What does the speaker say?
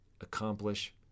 Accomplish